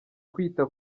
kwita